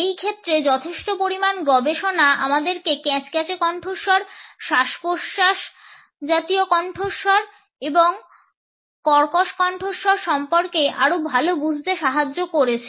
এই ক্ষেত্রে যথেষ্ট পরিমাণ গবেষণা আমাদেরকে ক্যাঁচক্যাঁচে কণ্ঠস্বর শ্বাস প্রশ্বাস জাতীয় কন্ঠস্বর এবং কর্কশ কণ্ঠস্বর সম্পর্কে আরও ভাল বুঝতে সাহায্য করেছে